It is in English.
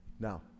Now